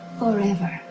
forever